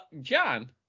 John